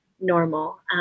normal